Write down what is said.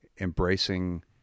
embracing